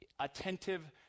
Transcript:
attentive